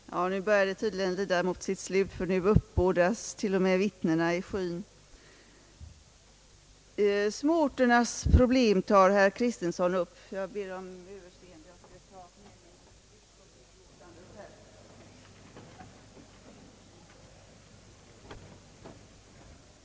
Herr talman! Nu börjar det tydligen lida mot sitt slut, ty nu uppbådas t.o.m. vittnena i skyn! Herr Kristiansson tog upp småorternas problem.